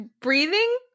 breathing